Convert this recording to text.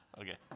Okay